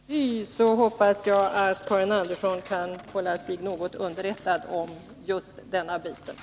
Herr talman! Icke förty hoppas jag att Karin Andersson kan hålla sig något underrättad om just denna fråga.